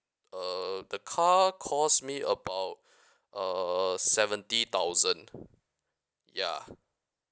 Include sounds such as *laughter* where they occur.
uh the car cost me *breath* uh seventy thousand ya